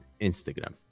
Instagram